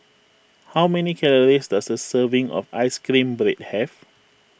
how many calories does a serving of Ice Cream Bread have